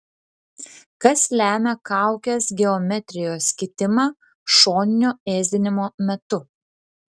kas lemia kaukės geometrijos kitimą šoninio ėsdinimo metu